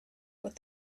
with